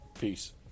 Peace